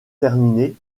terminé